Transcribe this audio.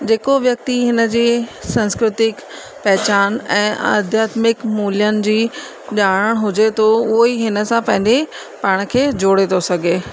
जेको व्यक्ति हिनजे सांस्कृतिक पहचान ऐं आध्यात्मिक मूल्यनि जी ॼाण हुजे थो उहो ई हिन सां पंहिंजे पाण खे जोड़े थो सघे